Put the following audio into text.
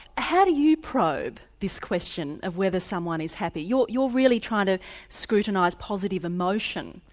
how do you probe this question of whether someone is happy? you're you're really trying to scrutinise positive emotion,